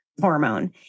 hormone